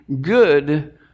good